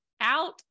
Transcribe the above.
out